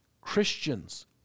Christians